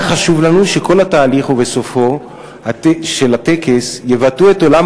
היה חשוב לנו שכל התהליך וסופו של הטקס יבטאו את עולם